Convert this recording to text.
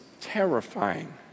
terrifying